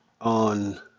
on